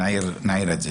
נעיר אותן.